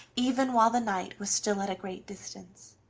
even while the knight was still at a great distance.